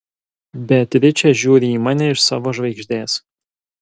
beatričė žiūri į mane iš savo žvaigždės